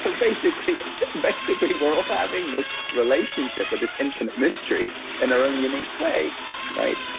so basically basically we're all having this relationship with this infinite mystery in our own unique way right?